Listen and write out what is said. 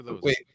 Wait